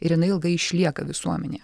ir jinai ilgai išlieka visuomenėje